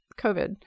COVID